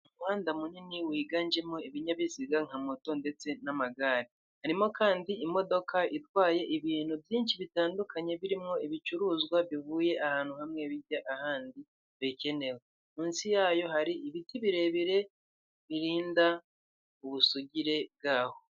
Umuhanda munini wiganjemo ibinyabiziga nka moto ndetse n'amagare harimo kandi imodoka itwaye ibintu byinshi bitandukanye birimo ibicuruzwa bivuye ahantu hamwe bijya ahandi bikenewe munsi yayo hari ibiti birebire birinda ubusugire bwaho.